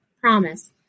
promise